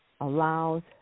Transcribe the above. allows